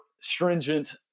stringent